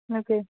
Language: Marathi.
नको